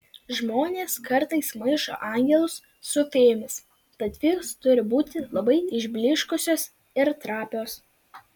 žmonės kartais maišo angelus su fėjomis tad fėjos turi būti labai išblyškusios ir trapios